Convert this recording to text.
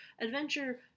Adventure